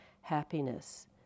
happiness